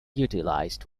utilized